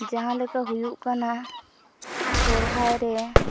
ᱡᱟᱦᱟᱸ ᱞᱮᱠᱟ ᱦᱩᱭᱩᱜ ᱠᱟᱱᱟ ᱥᱚᱦᱚᱨᱟᱭᱨᱮ